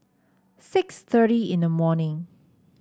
six thirty in the morning